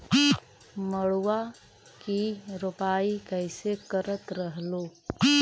मड़उआ की रोपाई कैसे करत रहलू?